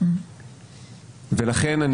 ולכן,